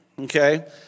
okay